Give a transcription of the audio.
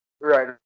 Right